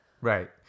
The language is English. Right